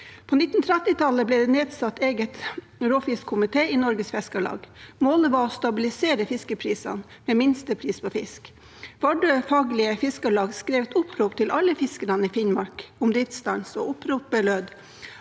På 1930-tallet ble det nedsatt en egen råfiskkomité i Norges Fiskarlag. Målet var å stabilisere fiskeprisene med minstepris på fisk. Vardø Faglige Fiskarlag skrev et opprop til alle fiskerne i Finnmark om driftsstans, og oppropet lød: